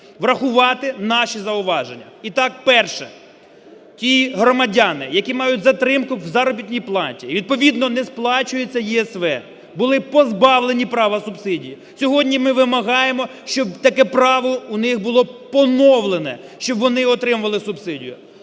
врахувати наші зауваження. Ітак, перше. Ті громадяни, які мають затримку в заробітній платі і відповідно не сплачується ЄСВ, були позбавлені права субсидії. Сьогодні ми вимагаємо, щоб таке право у них було поновлене, щоб вони отримували субсидію.